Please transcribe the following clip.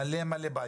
מלא-מלא בעיות.